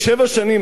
שבע שנים,